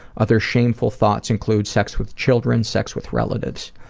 other shameful thoughts include sex with children, sex with relatives.